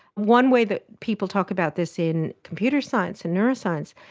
one way that people talk about this in computer science and neuroscience,